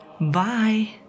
Bye